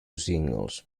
singles